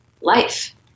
life